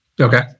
Okay